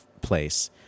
place